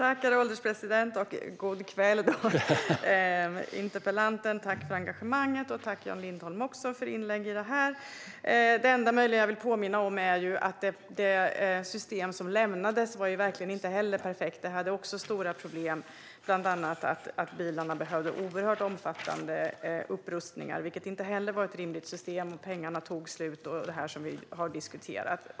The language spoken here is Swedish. Herr ålderspresident! Jag önskar interpellanten god kväll och tackar för engagemanget. Jag tackar även Jan Lindholm för hans inlägg. Jag vill påminna om att det system som lämnades verkligen inte heller var perfekt. Det var stora problem med det också, bland annat att bilarna behövde oerhört omfattande upprustningar. Det var inte heller ett rimligt system, och pengarna tog slut och så vidare.